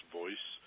voice